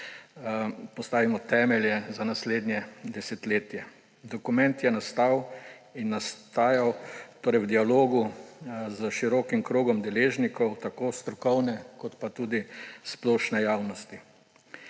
postavimo temelje za naslednje desetletje. Dokument je nastal in nastajal v dialogu s širokim krogom deležnikov tako strokovne kot tudi splošne javnosti.